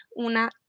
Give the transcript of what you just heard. una